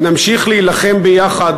נמשיך להילחם ביחד,